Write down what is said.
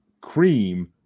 Cream